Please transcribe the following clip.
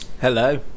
hello